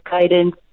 guidance